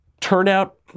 Turnout